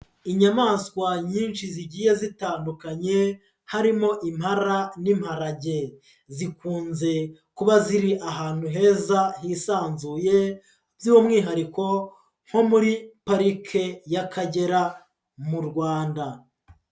Inyamaswa nyinshi zigiye zitandukanye harimo lmpara n'lmparage, zikunze kuba ziri ahantu heza hisanzuye by'umwihariko nko muri Parike y'Akagera mu Rwanda.